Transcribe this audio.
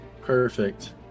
perfect